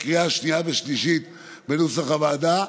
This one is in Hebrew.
בקריאה השנייה והשלישית בנוסח הוועדה.